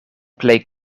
plej